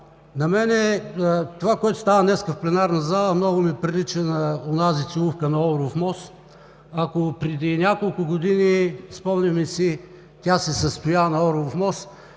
проблем. Това, което става днес в пленарната зала, много ми прилича на онази целувка на Орлов мост. Ако преди няколко години, спомняме си, тя се състоя на Орлов мост,